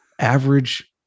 average